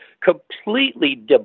completely